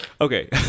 okay